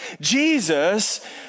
Jesus